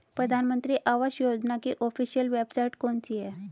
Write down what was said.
प्रधानमंत्री आवास योजना की ऑफिशियल वेबसाइट कौन सी है?